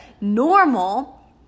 normal